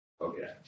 Okay